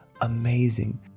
amazing